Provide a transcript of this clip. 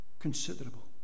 considerable